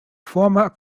former